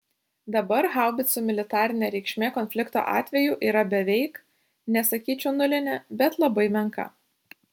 dabar haubicų militarinė reikšmė konflikto atveju yra beveik nesakyčiau nulinė bet labai menka